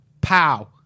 Pow